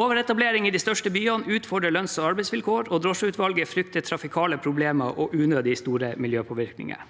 Overetablering i de største byene utfordrer lønnsog arbeidsvilkår, og drosjeutvalget frykter trafikale problemer og unødig store miljøpåvirkninger.